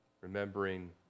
remembering